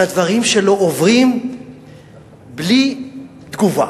והדברים שלו עוברים בלי תגובה,